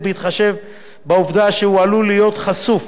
בהתחשב בעובדה שהוא עלול להיות חשוף